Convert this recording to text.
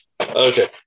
Okay